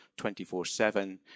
24-7